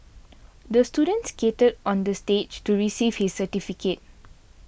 the student skated on the stage to receive his certificate